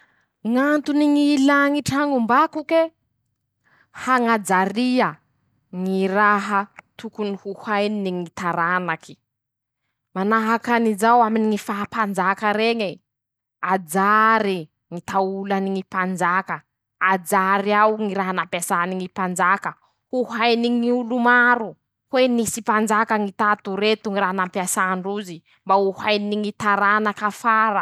Ñ'antony ñ'ilà ñy trañom-bakoke: -Hañajaria ñy raha tokony ho hainy ñy taranake. -Manahakan'izao aminy fahapanjaka reñy, ajary ñy taolany ñy panjaka, ajary ao ñy raha nampiasany ñy panjaka ho hainy ñy olo maro hoe nisy panjaka ñy tato reto ñy raha nampiasandrozy, mba ho ainy ñy taranaka afar.